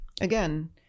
Again